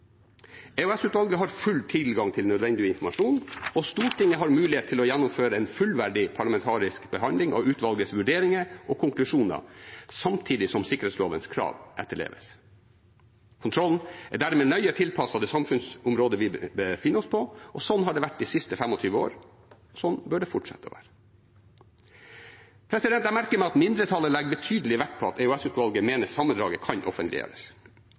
har full tilgang til nødvendig informasjon, og Stortinget har mulighet til å gjennomføre en fullverdig parlamentarisk behandling av utvalgets vurderinger og konklusjoner, samtidig som sikkerhetslovens krav etterleves. Kontrollen er dermed nøye tilpasset det samfunnsområdet vi befinner oss i. Sånn har det vært de siste 25 år, og sånn bør det fortsette å være. Jeg merker meg at mindretallet legger betydelig vekt på at EOS-utvalget mener at sammendraget kan offentliggjøres.